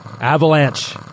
Avalanche